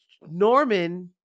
Norman